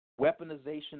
weaponization